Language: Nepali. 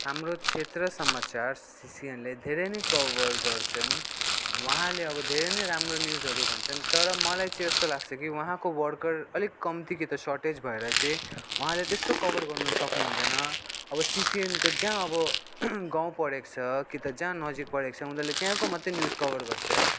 हाम्रो क्षेत्र समाचार सिसिएनले धेरै नै कभर गर्छन् वहाँले अब धेरै नै राम्रो निउजहरू भन्छन् तर मलाई चाहिँ यस्तो लाग्छ कि वहाँको वर्कर अलिक कम्ती कि त सर्टेज भएर चाहिँ वहाँले त्यस्तो कभर गर्न सक्नुहुँदैन अब सिसिएनको चाहिँ अब गाउँ परेको छ कि त जहाँ नजिक परेको छ उनीहरूले त्यहाँको मात्रै न्युज कभर गर्छ